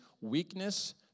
weakness